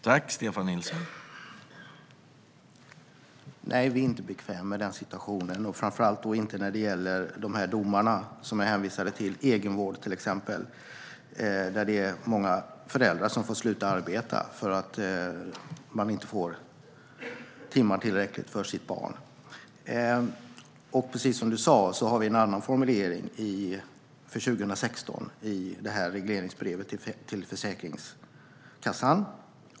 Herr talman! Nej, vi är inte bekväma med denna situation, framför allt inte när det gäller de domar som jag hänvisade till. Det handlar till exempel om fallen med egenvård, där många föräldrar får sluta att arbeta för att de inte får tillräckligt med timmar för sitt barn. Precis som Emma Henriksson sa har regeringen en annan formulering för 2016 i regleringsbrevet till Försäkringskassan.